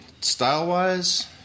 Style-wise